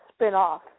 spinoff